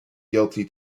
guilty